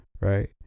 right